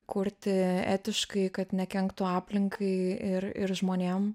kurti etiškai kad nekenktų aplinkai ir ir žmonėm